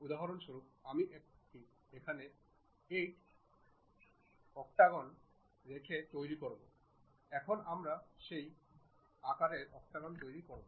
উদাহরণস্বরূপ আমি যদি সেখানে 8 নম্বর রেখে অক্টাগণ তৈরি করি তখন আমরা সেই আকারের অক্টাগণ তৈরি করব